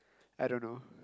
I don't know